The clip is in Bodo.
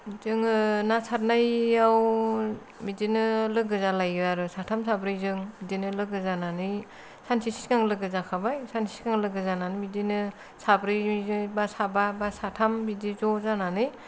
जोङो ना सारनायाव बिदिनो लोगो जालायो आरो साथाम साब्रैजों बिदिनो लोगो जानानै सानसे सिगां लोगो जाखाबाय सानसे सिगां लोगो जानानै बिदिनो साब्रै बा साबा बा साथाम बिदि ज जानानै